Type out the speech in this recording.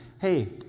hey